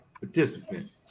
participant